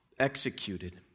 executed